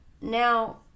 Now